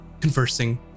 conversing